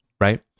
right